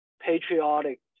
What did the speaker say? patriotic